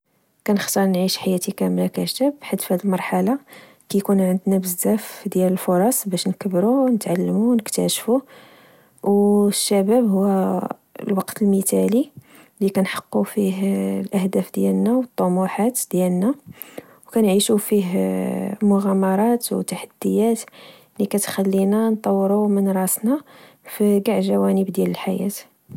كنختار نعيش حياتي كاملة كشاب، حيت فهاد المرحلة ككون عندنا بزاف ديال الفرص باش نكبرو ونتعلمو ونكتاشفو. والشباب هو الوقت المثالي لكنحقو فيه الأهداف ديالنا والطموحات ديالنا، وكنعيشو فيه مغامرات وتحديات لي كتخلينا نطورو من راسنا فچاع ونكبر جوانب ديال الحياة..